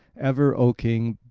ever, o king,